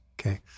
okay